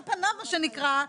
מה שנקרא,